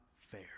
fair